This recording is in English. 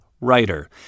writer